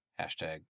hashtag